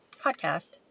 podcast